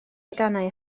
deganau